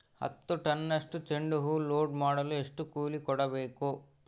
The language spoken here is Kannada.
ಹತ್ತು ಟನ್ನಷ್ಟು ಚೆಂಡುಹೂ ಲೋಡ್ ಮಾಡಲು ಎಷ್ಟು ಕೂಲಿ ಕೊಡಬೇಕು?